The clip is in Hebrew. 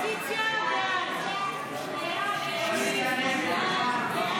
הסתייגות 172 לא נתקבלה.